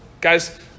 Guys